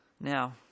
Now